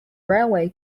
railway